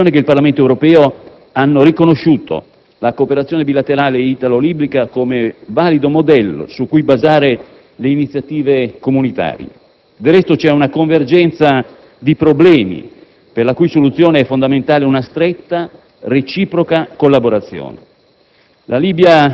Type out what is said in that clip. Sia la Commissione che il Parlamento europeo hanno riconosciuto la collaborazione bilaterale italo-libica come valido modello su cui basare le iniziative comunitarie. Del resto, c'è una convergenza di problemi per la cui soluzione è fondamentale una stretta, reciproca collaborazione.